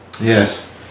Yes